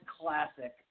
classic